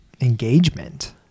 engagement